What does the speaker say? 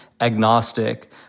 agnostic